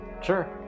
Sure